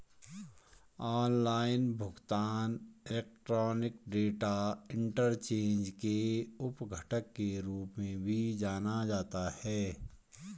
online भुगतान electronic data interchange के उप घटक के रूप में भी जाना जाता है